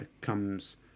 comes